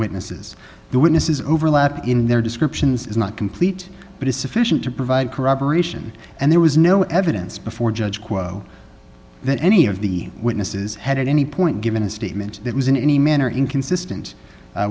witnesses the witnesses overlap in their descriptions is not complete but is sufficient to provide corroboration and there was no evidence before judge quo that any of the witnesses had at any point given a statement that was in any manner inconsistent